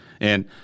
And-